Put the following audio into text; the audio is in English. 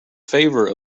favor